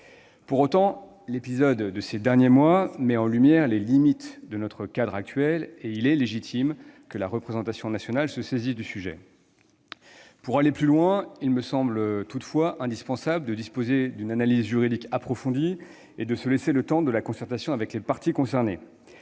Pour autant, l'épisode de ces derniers mois met en lumière les limites de notre cadre actuel, et il est légitime que la représentation nationale se saisisse du sujet. Pour aller plus loin, il me semble toutefois indispensable de disposer d'une analyse juridique approfondie et de se laisser le temps de la concertation avec les parties concernées.